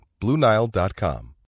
BlueNile.com